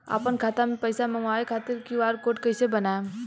आपन खाता मे पईसा मँगवावे खातिर क्यू.आर कोड कईसे बनाएम?